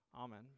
Amen